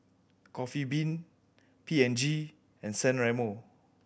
Coffee Bean P and G and San Remo